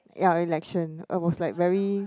ya election I was like very